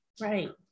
Right